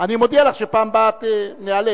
אני מודיע לך שבפעם הבאה ניאלץ.